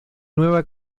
nueva